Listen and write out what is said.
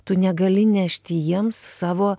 tu negali nešti jiems savo